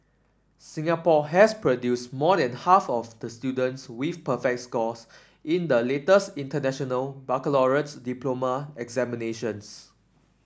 Singapore has produced more than half of the students with perfect scores in the latest International Baccalaureates diploma examinations